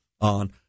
on